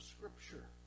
Scripture